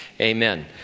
amen